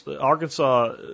arkansas